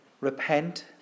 Repent